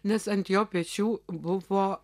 nes ant jo pečių buvo